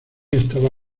estaba